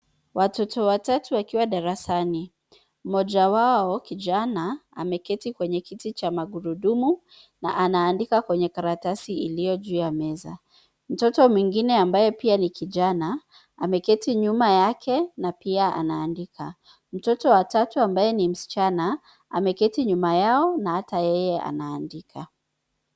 Watoto watatu wakiwa darasani. Mmoja wao kijana ameketi kwenye kiti cha magurudumu na anaandika kwenye karatasi iliyo juu ya meza. Mtoto mwingine ambaye pia ni kijana ameketi nyuma yake na pia anaandika. Mtoto wa tatu ambaye ni msichana, ameketi nyuma yao na hata yeye anaandika.